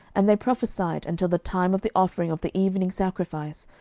and they prophesied until the time of the offering of the evening sacrifice,